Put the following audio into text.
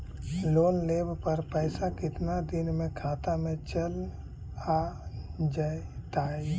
Loan लेब पर पैसा कितना दिन में खाता में चल आ जैताई?